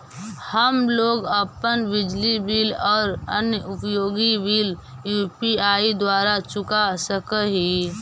हम लोग अपन बिजली बिल और अन्य उपयोगि बिल यू.पी.आई द्वारा चुका सक ही